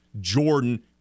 Jordan